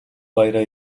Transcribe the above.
баяраар